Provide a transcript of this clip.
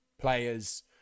players